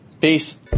Peace